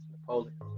Napoleon